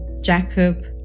Jacob